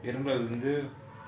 இரண்டாவது வந்து:irandaavathu vanthu